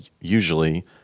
usually